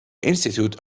institute